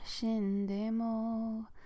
shindemo